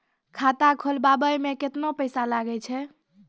खाता खोलबाबय मे केतना पैसा लगे छै?